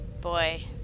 boy